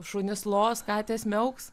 šunys los katės neaugs